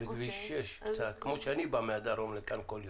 בכביש 6 קצת, כמו שאני בא מהדרום לכאן כל יום,